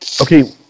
Okay